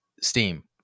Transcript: Steam